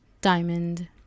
Diamond